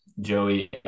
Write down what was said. Joey